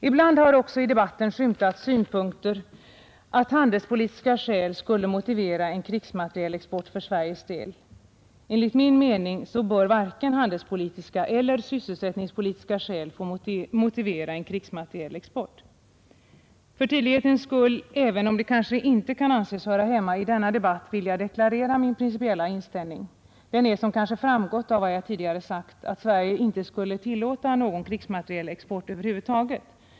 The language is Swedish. Ibland har också i debatten skymtat synpunkter att handelspolitiska skäl skulle motivera en krigsmaterielexport för Sveriges del. Enligt min mening bör varken handelspolitiska eller sysselsättningspolitiska skäl få motivera en krigsmaterielexport. För tydlighetens skull — även om det kanske inte kan anses höra hemma i denna debatt — vill jag deklarera min principiella inställning. Den är, som kanske framgått av vad jag tidigare sagt, att Sverige inte skulle tillåta någon krigsmaterielexport över huvud taget.